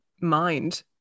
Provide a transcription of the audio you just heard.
mind